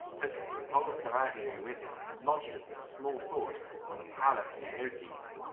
took his whole seraglio with him, and lodged us in a small fort on the palus meotides,